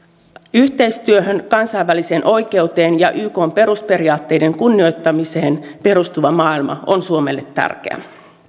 yhteistyöhön kansainväliseen oikeuteen ja ykn perusperiaatteiden kunnioittamiseen perustuva maailma on suomelle tärkeä